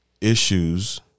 issues